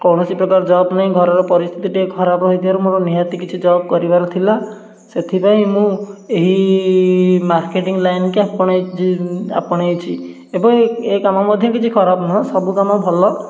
କୌଣସି ପ୍ରକାର ଜବ୍ ନାହିଁ ଘରର ପରିସ୍ଥିତି ଟିକେ ଖରାପ ହେଇଥିବାରୁ ମୋର ନିହାତି କିଛି ଜବ୍ କରିବାର ଥିଲା ସେଥିପାଇଁ ମୁଁ ଏହି ମାର୍କେଟିଙ୍ଗ୍ ଲାଇନ୍ କି ଆପଣେଇ ଆପଣେଇଛି ଏବଂ ଏ କାମ ମଧ୍ୟ କିଛି ଖରାପ ନୁହେଁ ସବୁ କାମ ଭଲ